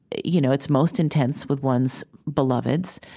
you know it's most intense with one's beloveds,